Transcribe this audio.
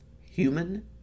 human